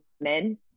men